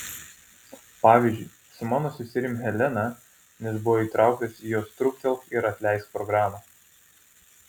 pavyzdžiui su mano seserim helena nes buvo įtrauktas į jos truktelk ir atleisk programą